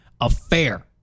affair